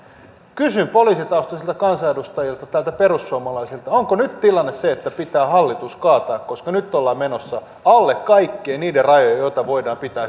kysyn poliisitaustaisilta kansanedustajilta perussuomalaisista onko nyt tilanne se että pitää hallitus kaataa koska nyt ollaan menossa alle kaikkien niiden rajojen joita voidaan pitää